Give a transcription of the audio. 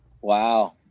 Wow